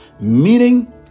meaning